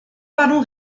parlons